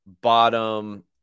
bottom